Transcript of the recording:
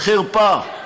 חרפה.